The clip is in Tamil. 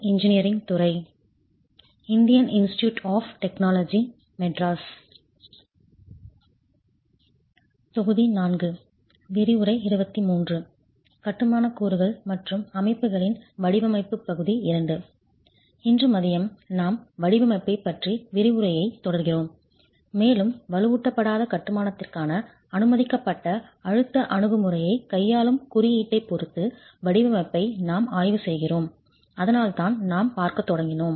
இன்று மதியம் நாம் வடிவமைப்பைப் பற்றிய விரிவுரையைத் தொடர்கிறோம் மேலும் வலுவூட்டப்படாத கட்டுமானதிற்கான அனுமதிக்கப்பட்ட அழுத்த அணுகுமுறையைக் கையாளும் குறியீட்டைப் பொறுத்து வடிவமைப்பை நாம் ஆய்வு செய்கிறோம் அதனால்தான் நாம் பார்க்கத் தொடங்கினோம்